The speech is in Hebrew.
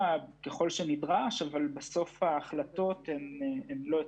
ככל שנדרש אבל ההחלטות הסופיות הן של האוצר.